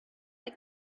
like